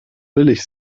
billig